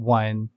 one